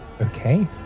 Okay